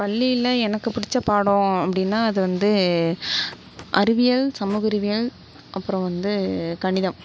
பள்ளியில் எனக்கு பிடிச்ச பாடம் அப்படின்னா அது வந்து அறிவியல் சமூக அறிவியல் அப்புறம் வந்து கணிதம்